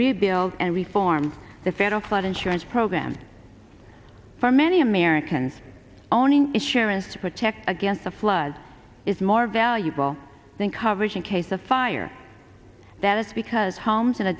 rebuild and reform the federal flood insurance program for many americans owning assurance to protect against the flood is more valuable than coverage in case of fire that is because homes in a